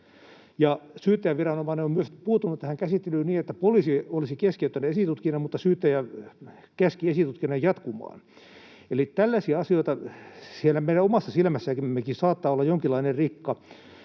Syyttäjäviranomainen on myös puuttunut tähän käsittelyyn niin, että poliisi olisi keskeyttänyt esitutkinnan, mutta syyttäjä käski esitutkinnan jatkumaan. Eli tällaisia asioita. Siellä meidän omassa silmässämmekin saattaa olla jonkinlainen rikka.